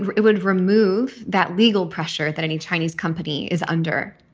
and it would remove that legal pressure that any chinese company is under,